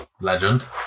legend